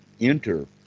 enter